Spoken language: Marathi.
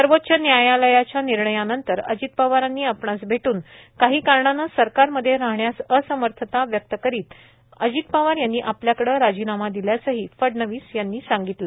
सर्वोच्च व्यायालयाच्या निर्णयानंतर अजित पवारांनी आपणास भेटून काही कारणानं सरकारमध्ये राहण्यास असमर्थता व्यक्त करीत अजित पवार यांनी आपल्याकडे राजीनामा दिल्याचंही फडणवीस यांनी सांगितलं